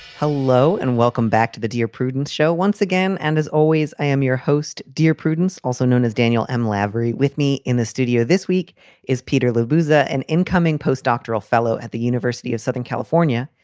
hello and welcome back to the dear prudence show once again. and as always, i am your host. dear prudence, also known as daniel m. laverick. with me in the studio this week is peter losa, an incoming postdoctoral fellow at the university of southern california,